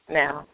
now